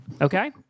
Okay